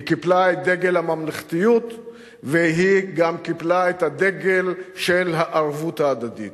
היא קיפלה את דגל הממלכתיות והיא גם קיפלה את הדגל של הערבות ההדדית.